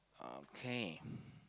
okay